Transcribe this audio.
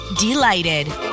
Delighted